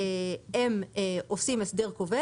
הם עושים הסדר כובל.